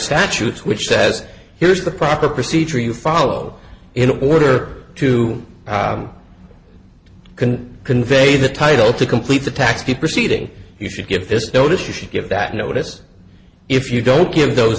statutes which says here's the proper procedure you follow in order to can convey the title to complete the taxi proceeding you should give this notice you should give that notice if you don't give those